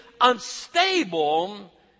unstable